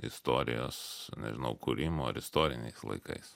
istorijos nežinau kūrimo ir istoriniais laikais